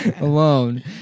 alone